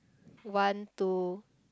want to